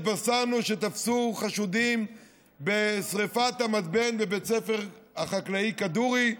התבשרנו שתפסו חשודים בשרפת המתבן בבית הספר החקלאי כדורי,